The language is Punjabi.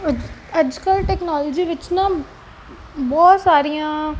ਅਜ ਅੱਜ ਕੱਲ੍ਹ ਟੈਕਨੋਲੋਜੀ ਵਿੱਚ ਨਾ ਬਹੁਤ ਸਾਰੀਆਂ